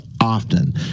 often